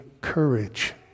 courage